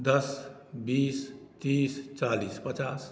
दस बीस तीस चालीस पचास